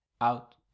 Out